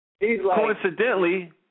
Coincidentally